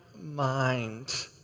mind